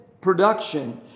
production